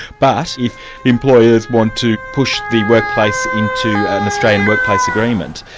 but if employers want to push the workplace into an australian workplace agreement,